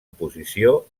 oposició